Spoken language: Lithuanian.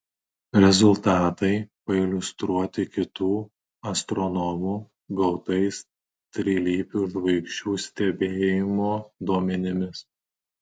rezultatai pailiustruoti kitų astronomų gautais trilypių žvaigždžių stebėjimo duomenimis